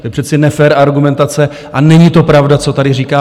To je přece nefér argumentace a není to pravda, co tady říkáte.